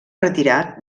retirat